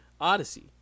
Odyssey